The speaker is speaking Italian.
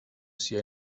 sia